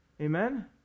Amen